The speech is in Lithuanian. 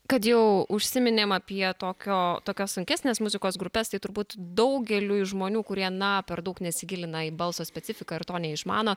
kad jau užsiminėm apie tokio tokios sunkesnės muzikos grupes tai turbūt daugeliui žmonių kurie na per daug nesigilina į balso specifiką ir to neišmano